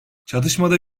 çatışmada